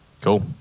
Cool